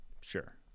Sure